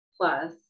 plus